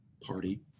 party